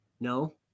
No